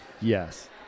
Yes